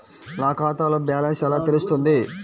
నా ఖాతాలో బ్యాలెన్స్ ఎలా తెలుస్తుంది?